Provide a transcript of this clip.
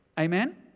Amen